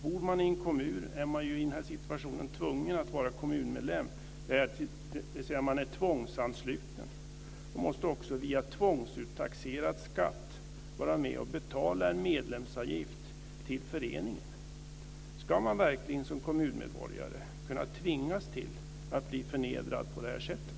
Bor man i en kommun är man ju i den här situationen tvungen att vara kommunmedlem, dvs. att man är tvångsansluten och måste också via tvångstaxering vara med och betala en medlemsavgift till föreningen. Ska man verkligen som kommunmedborgare kunna tvingas att bli förnedrad på det här sättet?